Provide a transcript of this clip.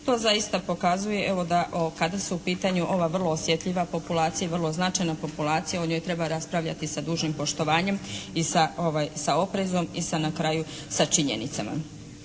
To zaista pokazuje evo da kada su u pitanju ova vrlo osjetljiva populacija i vrlo značajna populacija, o njoj treba raspravljati sa dužnim poštovanjem i sa oprezom i sa na kraju sa činjenicama.